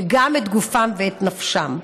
וגם את גופם ואת נפשם.